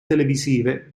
televisive